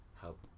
help